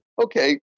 Okay